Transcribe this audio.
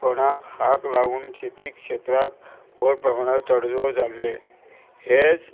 कोणाक हाक लावन शेती क्षेत्राक व्हड प्रमाणांत तडजोर जाल्ले हेच